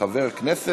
חברי חברי הכנסת,